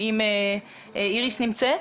האם איריס נמצאת?